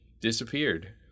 disappeared